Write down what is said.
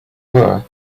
were